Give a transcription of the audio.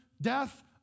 death